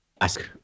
ask